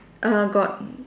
err got